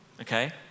okay